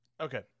Okay